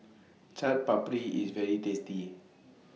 Chaat Papri IS very tasty